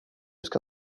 ska